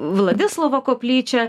vladislovo koplyčią